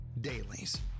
Dailies